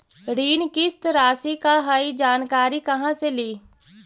ऋण किस्त रासि का हई जानकारी कहाँ से ली?